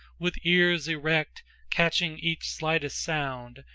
with ears erect catching each slightest sound,